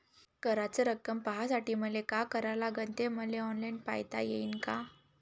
कराच रक्कम पाहासाठी मले का करावं लागन, ते मले ऑनलाईन पायता येईन का?